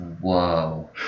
whoa